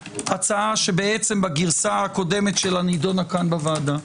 הצעה שבגרסתה הקודמת נדונה פה בוועדה.